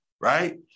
right